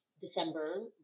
December